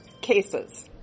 cases